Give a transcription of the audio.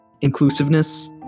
inclusiveness